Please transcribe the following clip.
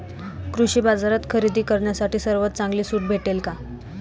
कृषी बाजारात खरेदी करण्यासाठी सर्वात चांगली सूट भेटेल का?